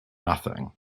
nothing